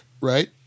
right